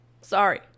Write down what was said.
Sorry